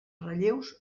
relleus